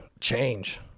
change